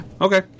Okay